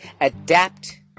adapt